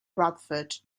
bradford